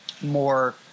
more